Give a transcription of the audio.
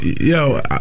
Yo